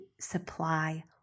supply